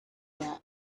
yet